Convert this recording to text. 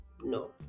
No